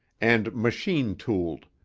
and machine tooled,